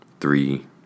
Three